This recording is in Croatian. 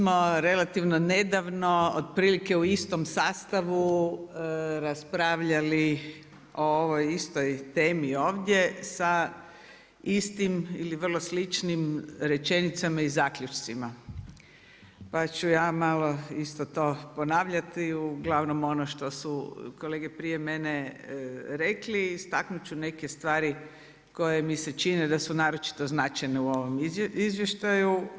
Mi smo relativno nedavno otprilike u istom sastavu raspravljali o ovoj istoj temi ovdje sa istim ili vrlo sličnim rečenicama i zaključcima pa ću ja malo isto to ponavljati, uglavnom ono što su kolege prije mene rekli i istaknut ću neke stvari koje mi se čini da su naročito značajno u ovom izvještaju.